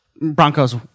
Broncos